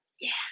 Yes